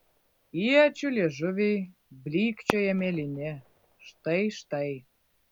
iečių liežuviai blykčioja mėlyni štai štai